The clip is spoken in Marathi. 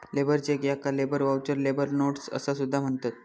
लेबर चेक याका लेबर व्हाउचर, लेबर नोट्स असा सुद्धा म्हणतत